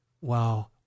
Wow